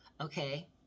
Okay